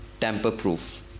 tamper-proof